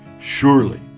surely